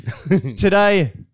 Today